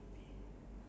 ya